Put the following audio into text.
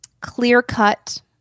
clear-cut